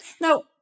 Now